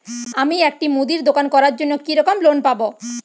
আমি একটি মুদির দোকান করার জন্য কি রকম লোন পাব?